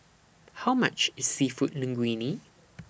How much IS Seafood Linguine